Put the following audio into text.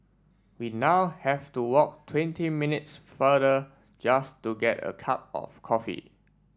we now have to walk twenty minutes farther just to get a cup of coffee